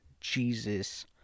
Jesus